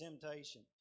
temptation